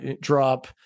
drop